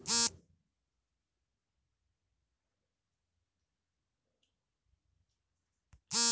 soybean ಎಣ್ಣೆ ಬಳಸುವುದರಿಂದ ಮೂಳೆಗಳಿಗೆ, ಉರಿಯೂತ, ಚರ್ಮ ಚರ್ಮದ ರಕ್ಷಣೆಗೆ ಒಳ್ಳೆಯ ತೈಲವಾಗಿದೆ